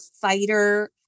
fighter